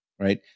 right